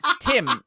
Tim